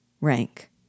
Rank